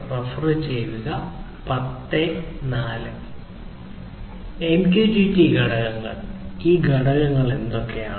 MQTT ഘടകങ്ങൾ ഈ ഘടകങ്ങൾ എന്തൊക്കെയാണ്